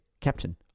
Captain